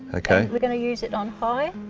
okay. we're going to use it on high.